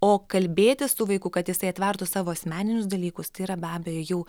o kalbėtis su vaiku kad jisai atvertų savo asmeninius dalykus tai yra be abejo jau